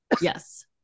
Yes